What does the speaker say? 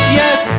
yes